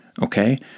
Okay